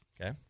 Okay